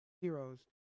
heroes